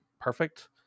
Perfect